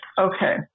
okay